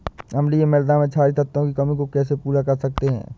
अम्लीय मृदा में क्षारीए तत्वों की कमी को कैसे पूरा कर सकते हैं?